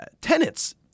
tenants